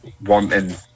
wanting